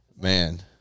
man